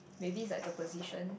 maybe is like the position